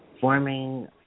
forming